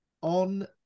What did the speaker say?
on